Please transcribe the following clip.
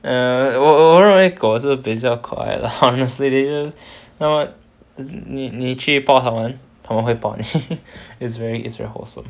err err 我认为狗是比较可爱 lah honestly 你你去抱他们他们会抱你 is very is very wholesome